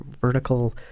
vertical